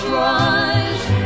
rise